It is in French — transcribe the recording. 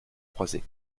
croisées